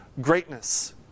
greatness